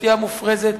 שתייה מופרזת,